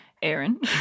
Aaron